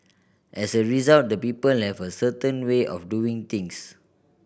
as a result the people have a certain way of doing things